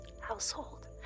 household